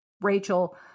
Rachel